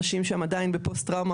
אנשים שם עדיין בפוסט-טראומה,